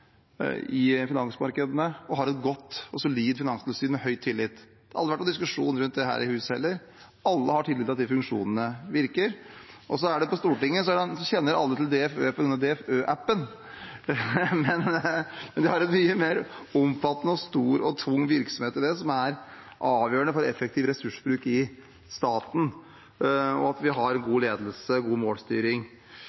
i finansmarkedene, og som har et godt og solid finanstilsyn med høy tillit. Det har aldri vært noen diskusjon rundt det her i huset heller. Alle har tillit til at de funksjonene virker. På Stortinget kjenner alle til DFØ på grunn av DFØ-appen, men de har en mye mer omfattende, stor og tung virksomhet enn det, som er avgjørende for effektiv ressursbruk i staten, og for at vi har